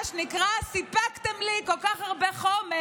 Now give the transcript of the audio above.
מה שנקרא, סיפקתם לי כל כך הרבה חומר,